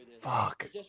Fuck